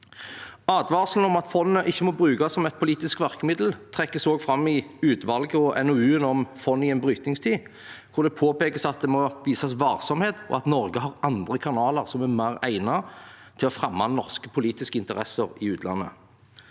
Advarselen om at fondet ikke må brukes som et politisk virkemiddel, trekkes også fram av utvalget i NOU-en Fondet i en brytningstid, hvor det påpekes at det må vises varsomhet, og at Norge har andre kanaler som er mer egnet til å fremme norske politiske interesser i utlandet.